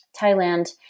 Thailand